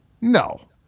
No